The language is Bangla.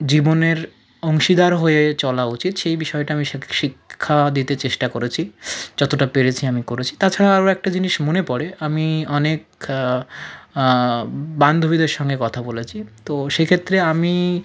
জীবনের অংশীদার হয়ে চলা উচিত সেই বিষয়টা আমি শি শিক্ষা দিতে চেষ্টা করেছি যতটা পেরেছি আমি করেছি তাছাড়া আরো একটা জিনিস মনে পড়ে আমি অনেক বান্ধবীদের সঙ্গে কথা বলেছি তো সেই ক্ষেত্রে আমি